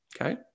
Okay